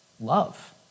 Love